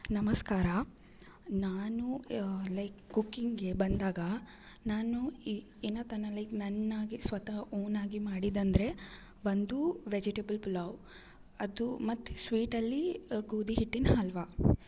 ನಮಸ್ಕಾರ ನಾನು ಲೈಕ್ ಕುಕ್ಕಿಂಗೆ ಬಂದಾಗ ನಾನು ಇನ್ನು ತನಕ ಲೈಕ್ ನಾನಾಗೆ ಸ್ವತಹ ಓನ್ ಆಗಿ ಮಾಡಿದ್ದು ಅಂದರೆ ಒಂದು ವೆಜಿಟೇಬಲ್ ಪಲಾವ್ ಅದು ಮತ್ತು ಸ್ವೀಟಲ್ಲೀ ಗೋಧಿ ಹಿಟ್ಟಿನ ಹಲ್ವ